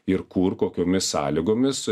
ir kur kokiomis sąlygomis